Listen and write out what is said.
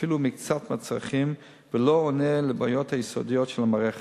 אפילו מקצת מהצרכים ולא עונה לבעיות היסודיות של המערכת.